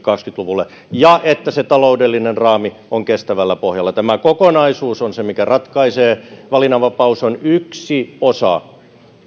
kaksikymmentä luvulle ja että taloudellinen raami on kestävällä pohjalla tämä kokonaisuus on se mikä ratkaisee valinnanvapaus on yksi osa